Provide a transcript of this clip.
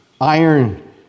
iron